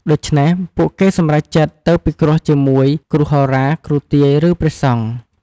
ដូច្នេះ ពួកគេសម្រេចចិត្តទៅពិគ្រោះជាមួយ គ្រូហោរា គ្រូទាយ ឬព្រះសង្ឃ។